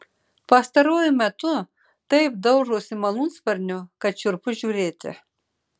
pastaruoju metu taip daužosi malūnsparniu kad šiurpu žiūrėti